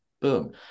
Boom